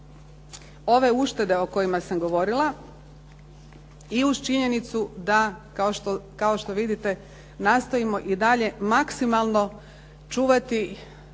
ove uštede o kojima sam govorila, i uz činjenicu da kao što vidite nastojimo i dalje maksimalno čuvati